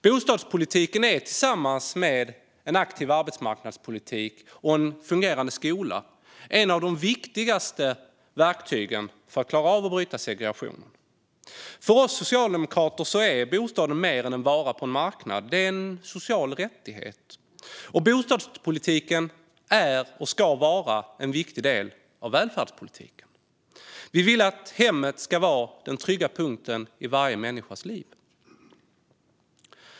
Bostadspolitiken är tillsammans med en aktiv arbetsmarknadspolitik och en fungerande skola ett av de viktigaste verktygen för att klara av att bryta segregationen. För oss socialdemokrater är bostaden mer än en vara på en marknad. Det är en social rättighet. Bostadspolitiken är och ska vara en viktig del av välfärdspolitiken. Vi vill att hemmet ska vara den trygga punkten i varje människas liv.